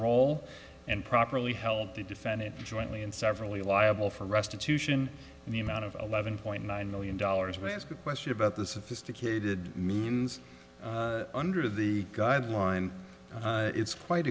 role and properly held to defend it jointly and severally liable for restitution in the amount of eleven point nine million dollars but ask a question about the sophisticated means under the guideline it's quite